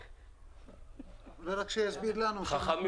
חכמים,